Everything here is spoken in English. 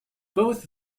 both